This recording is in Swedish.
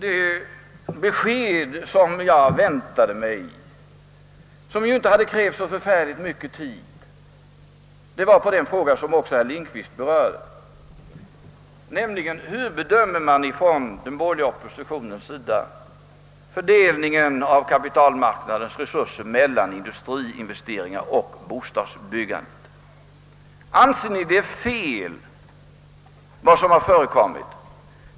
Det besked, som jag väntade mig och som inte skulle ha krävt så förfärligt lång tid att ge, var emellertid hur man från den borgerliga oppositionens sida bedömer fördelningen av kapitalmarknadens resurser mellan industriinvesteringar och bostadsbyggande, en fråga som också herr Lindkvist var inne på. Anser ni att vad som har förekommit varit fel?